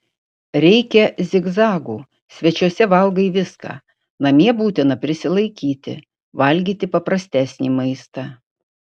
reikia zigzagų svečiuose valgai viską namie būtina prisilaikyti valgyti paprastesnį maistą